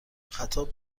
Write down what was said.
خطاب